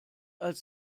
als